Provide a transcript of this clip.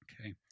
Okay